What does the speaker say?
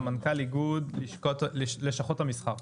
סמנכ"ל יבוא מכס ותקינה מלשכות המסחר.